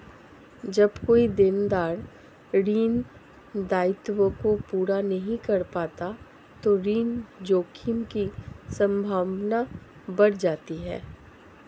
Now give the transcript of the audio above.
जब कोई देनदार ऋण दायित्वों को पूरा नहीं कर पाता तो ऋण जोखिम की संभावना बढ़ जाती है